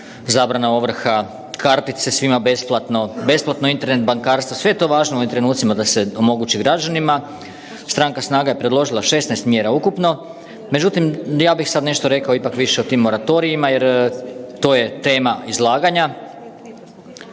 zabrana ovrha, kartice svima besplatno, besplatno Internet bankarstvo, sve je to važno u ovim trenucima da se omogući građanima. Stranka SNAGA je predložila 16 mjera ukupno, međutim ja bih sada nešto ipak više rekao o tim moratorijima jer to je tema izlaganja.